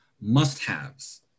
must-haves